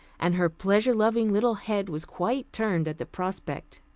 and her pleasure-loving little head was quite turned at the prospect.